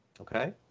okay